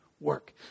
work